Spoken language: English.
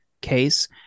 case